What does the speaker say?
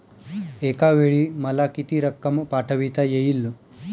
एकावेळी मला किती रक्कम पाठविता येईल?